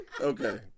Okay